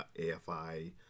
AFI